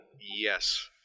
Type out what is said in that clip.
Yes